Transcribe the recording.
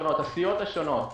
הסיעות השונות,